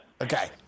Okay